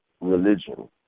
religion